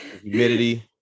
Humidity